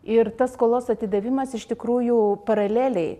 ir tas skolos atidavimas iš tikrųjų paraleliai